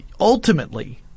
ultimately